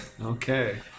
Okay